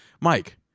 Mike